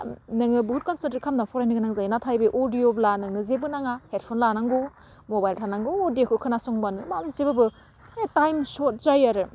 नोङो बुहुथ कनसेन्ट्रेट खामना फरायनो गोनां जायो नाथाय बे अडिअब्ला नोङो जेबो नाङा हेडफन लानांगौ मबाइल थानांगौ अडिअखौ खोनासंबानो माबा मोनसेबाबो टाइम सर्थ जायो आरो